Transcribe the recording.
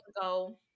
go